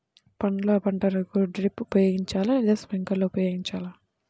పండ్ల పంటలకు డ్రిప్ ఉపయోగించాలా లేదా స్ప్రింక్లర్ ఉపయోగించాలా?